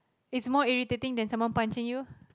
is more irritating than someone punching you